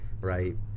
right